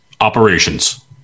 operations